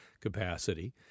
capacity